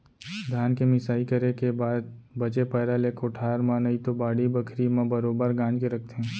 धान के मिंसाई करे के बाद बचे पैरा ले कोठार म नइतो बाड़ी बखरी म बरोगर गांज के रखथें